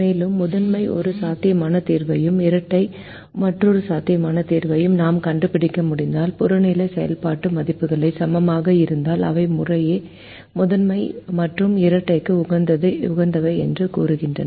மேலும் முதன்மைக்கு ஒரு சாத்தியமான தீர்வையும் இரட்டைக்கு மற்றொரு சாத்தியமான தீர்வையும் நாம் கண்டுபிடிக்க முடிந்தால் புறநிலை செயல்பாட்டு மதிப்புகள் சமமாக இருந்தால் அவை முறையே முதன்மை மற்றும் இரட்டைக்கு உகந்தவை என்று கூறினார்